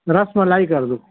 رس ملائی کر دو